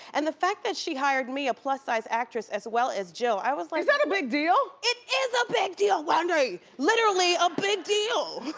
and the fact that she hired me, a plus sized actress, as well as jill, i was like is that a big deal? it is a big deal, wendy! literally a big deal!